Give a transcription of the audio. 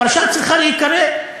הפרשה צריכה להיקרא,